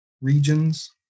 regions